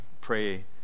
pray